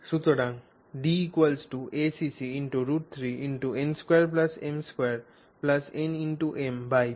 সুতরাং D acc√3n2m2nmπ